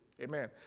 amen